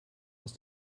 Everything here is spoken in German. aus